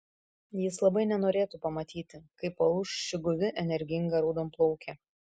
jis labai nenorėtų pamatyti kaip palūš ši guvi energinga raudonplaukė